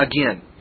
Again